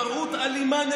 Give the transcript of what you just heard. האלימות?